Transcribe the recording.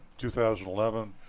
2011